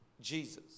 Jesus